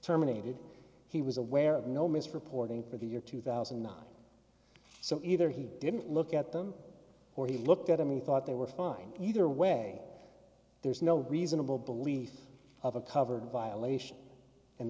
terminated he was aware of no missed reporting for the year two thousand and nine so either he didn't look at them or he looked at him he thought they were fine either way there's no reasonable belief of a cover violation and